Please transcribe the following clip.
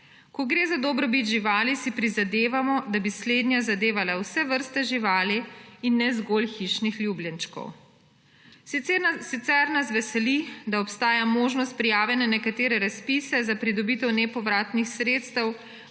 Ko gre za dobrobit živali, si prizadevamo, da bi slednja zadevala vse vrste živali in ne zgolj hišnih ljubljenčkov. Sicer nas veseli, da obstaja možnost prijave na nekatere razpise za pridobitev nepovratnih sredstev